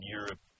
Europe